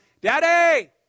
daddy